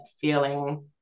feeling